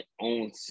own